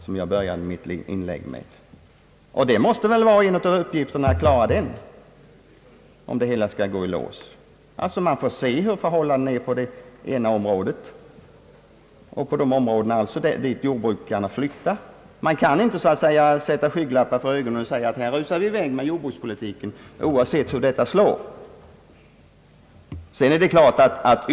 som jag började mitt inlägg med. En av uppgifterna måste vara att klara den saken, om det hela skall gå i lås. Man bör i enlighet med detta inte föra en jordbrukspolitisk linje utan hänsynstagande till hur förhållandena är inom de områden dit jordbrukarna måste flytta. Man kan inte så att säga sätta skygglappar för ögonen och rusa i väg med jordbrukspolitiken, oavsett hur det står till på andra områden.